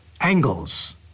angles